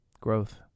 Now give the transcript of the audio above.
growth